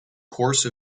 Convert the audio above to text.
course